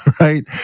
right